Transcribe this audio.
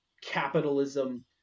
capitalism